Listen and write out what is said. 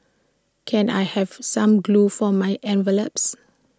can I have some glue for my envelopes